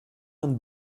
vingt